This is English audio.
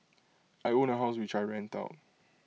I own A house which I rent out